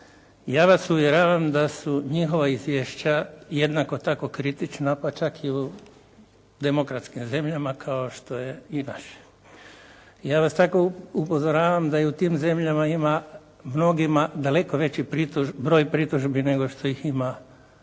Ja vas uvjeravam da su njihova izvješća jednako tako kritična, pa čak i u demokratskim zemljama kao što je i naše. Ja vas tako upozoravam da i u tim zemljama ima mnogima daleko veći broj pritužbi nego što ih ima